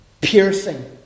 piercing